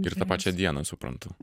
ir tą pačią dieną suprantu